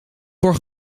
voor